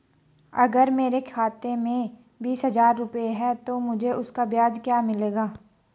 अगर मेरे खाते में बीस हज़ार रुपये हैं तो मुझे उसका ब्याज क्या मिलेगा?